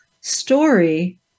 story